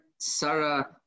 sarah